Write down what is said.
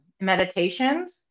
meditations